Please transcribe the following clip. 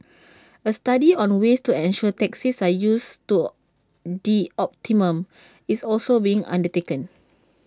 A study on ways to ensure taxis are used to the optimum is also being undertaken